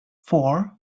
four